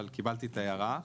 אבל קיבלתי את ההערה.